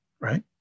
Right